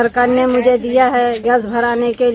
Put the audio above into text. सरकार ने मुझे दिया है गैस भरान के लिए